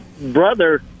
brother